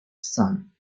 son